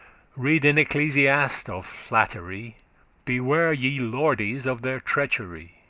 read in ecclesiast' of flattery beware, ye lordes, of their treachery.